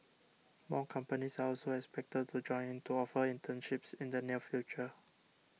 more companies are also expected to join in to offer internships in the near future